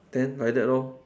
then like that lor